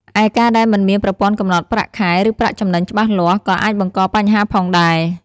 ឯ ការដែលមិនមានប្រព័ន្ធកំណត់ប្រាក់ខែ ឬប្រាក់ចំណេញច្បាស់លាស់ ក៏អាចបង្កបញ្ហាផងដែរ។